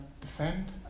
defend